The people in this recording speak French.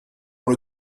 dans